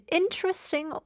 interesting